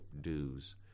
dues